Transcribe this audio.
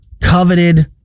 coveted